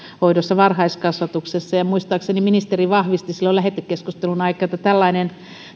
ja varhaiskasvatuksessa ja ja muistaakseni ministeri vahvisti silloin lähetekeskustelun aikaan että tällainen